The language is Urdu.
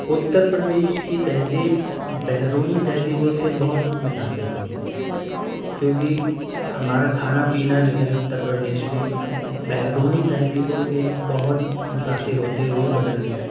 اتر پردیش کی تہذیب بیرونی تہذیبوں سے بہت متاثر ہوئی ہے کیوں کہ ہمارا کھانا پینا جو ہے اتر پردیش میں بیرونی تہذیبوں سے بہت متأثر ہوتے ہوئے بدل گیا ہے